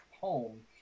home